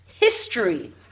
History